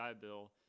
Bill